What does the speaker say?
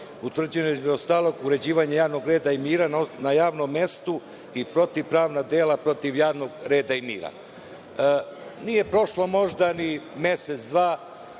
utvrđeno je između ostalog, uređivanje javnog reda i mira na javnom mestu i protivpravna dela protiv javnog reda i mira. Nije prošlo možda ni mesec, dva,